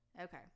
Okay